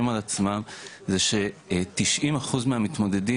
על עצמם זה ש-90 אחוז מהמתמודדים,